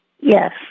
Yes